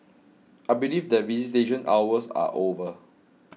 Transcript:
I believe that visitation hours are over